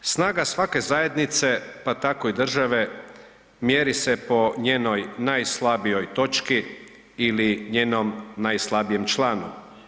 Snaga svake zajednice, pa tako i države mjeri se po njenoj najslabijoj točki ili njenom najslabijem članu.